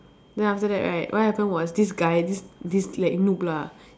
then after that right what happened was this guy this this like noob lah